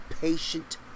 patient